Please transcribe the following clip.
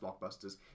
blockbusters